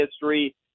history